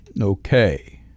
Okay